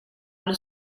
allo